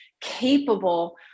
capable